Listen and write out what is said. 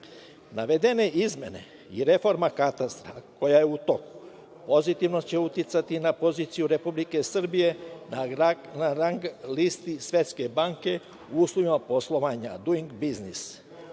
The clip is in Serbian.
Navedene izmene i reforma katastra, koja je u toku, pozitivno će uticati na poziciju Republike Srbije na rang listi Svetske banke u uslovima poslovanja, Duing biznis.U